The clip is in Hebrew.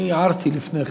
אני הערתי לפני כן.